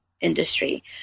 industry